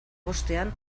bostean